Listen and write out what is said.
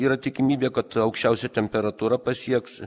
yra tikimybė kad aukščiausia temperatūra pasieks